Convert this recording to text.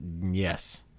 Yes